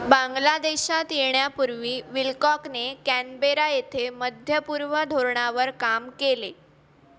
बांगलादेशात येण्यापूर्वी विल्कॉकने कॅनबेरा येथे मध्य पूर्व धोरणावर काम केले